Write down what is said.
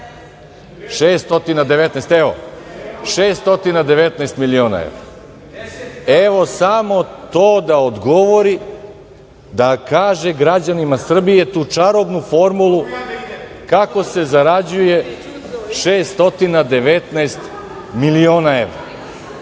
619 miliona evra? Evo, samo to da odgovori, da kaže građanima Srbije tu čarobnu formulu kako se zarađuje 619 miliona